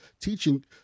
Teaching